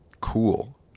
cool